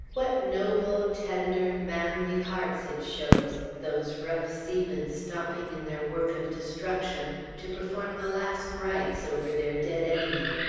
what noble, tender, manly hearts it shows, those rough seamen stopping in their work of destruction to perform the last rites over their dead enemy.